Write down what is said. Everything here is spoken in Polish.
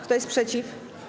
Kto jest przeciw?